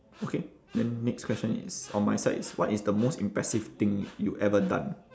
okay then next question is on my side is what is the most impressive thing you ever done